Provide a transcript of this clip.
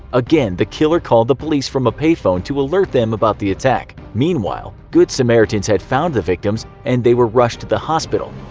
again the killer called the police from a payphone to alert them about the attack. meanwhile, good samaritans had found the victims and they were rushed to the hospital.